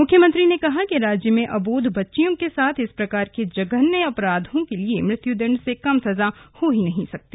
मुख्यमंत्री ने कहा कि राज्य में अबोध बच्चियों के साथ इस प्रकार के जघन्य अपराधों के लिए मृत्युदंड से कम सजा हो ही नहीं सकती